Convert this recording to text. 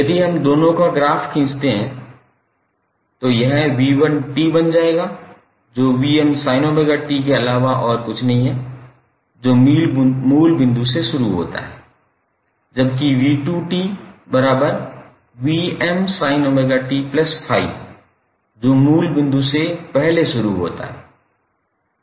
यदि हम दोनों का ग्राफ खींचते हैं तो यह 𝑣1𝑡 बन जाएगा जो 𝑉𝑚sin𝜔𝑡 के अलावा और कुछ नहीं है जो मूलबिंदु से शुरू होता है जबकि 𝑣2 𝑡 𝑉𝑚sin 𝜔𝑡 ∅ जो मूलबिंदु से पहले शुरू होता है